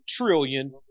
trillion